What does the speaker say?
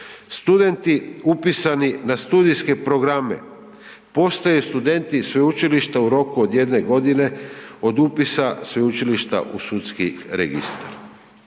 Studenti upisani na studijske programe postaju studenti sveučilišta u roku od jedne godine, od upisa sveučilišta u Sudski registar.